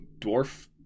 dwarf